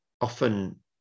often